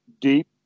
deep